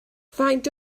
faint